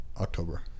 October